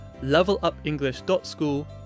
levelupenglish.school